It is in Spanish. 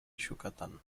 yucatán